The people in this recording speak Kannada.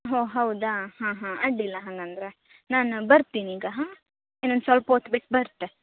ಹೋ ಹೌದಾ ಹಾಂ ಹಾಂ ಅಡ್ಡಿಲ್ಲ ಹಂಗಾದ್ರೆ ನಾನು ಬರ್ತೀನಿ ಈಗ ಹಾಂ ಇನ್ನೊಂದು ಸ್ವಲ್ಪ ಹೊತ್ ಬಿಟ್ಟು ಬರ್ತೆ